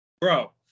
Bro